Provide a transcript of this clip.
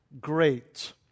great